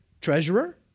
treasurer